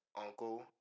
Uncle